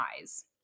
eyes